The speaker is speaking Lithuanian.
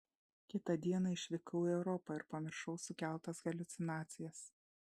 kitą dieną išvykau į europą ir pamiršau sukeltas haliucinacijas